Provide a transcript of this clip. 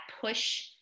push